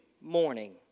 morning